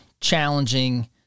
challenging